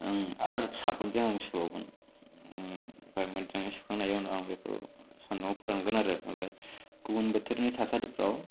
आर साबोनजों आं सुबावगोन आमफ्राय मोजाङै सुखांनायनि उनाव आं बेखौ सान्दुङाव फोरानगोन आरो आमफ्राय गुबुन बोथोरनि थासारिफोराव